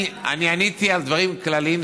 אני עניתי על דברים כלליים,